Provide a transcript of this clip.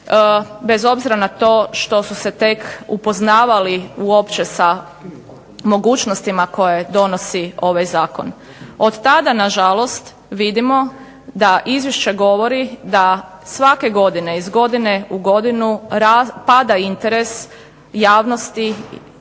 bez obzira na to što su se tek upoznavali uopće sa mogućnostima koje donosi ovaj zakon. Od tada nažalost vidimo da izvješće govori da svake godine, iz godine u godinu pada interes javnosti,